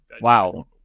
Wow